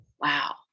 Wow